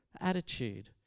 attitude